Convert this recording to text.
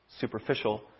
superficial